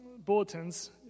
bulletins